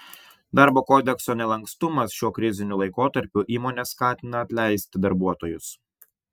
darbo kodekso nelankstumas šiuo kriziniu laikotarpiu įmones skatina atleisti darbuotojus